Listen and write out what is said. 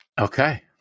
Okay